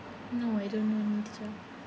no I don't know this one